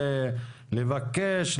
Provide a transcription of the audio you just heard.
לבקש,